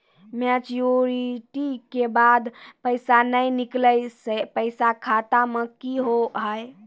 Maturity के बाद पैसा नए निकले से पैसा खाता मे की होव हाय?